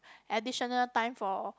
additional time for